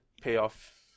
payoff